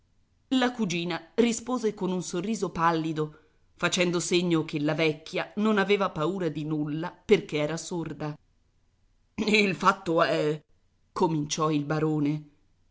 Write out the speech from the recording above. la cugina rispose con un sorriso pallido facendo segno che la vecchia non aveva paura di nulla perché era sorda il fatto è cominciò il barone